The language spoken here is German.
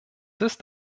ist